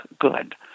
good